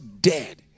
dead